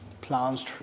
plans